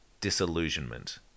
disillusionment